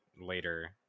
later